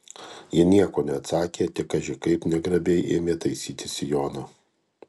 ji nieko neatsakė tik kaži kaip negrabiai ėmė taisytis sijoną